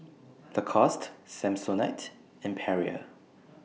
Lacoste Samsonite and Perrier